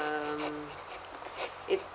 um it